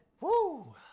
Woo